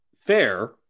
fair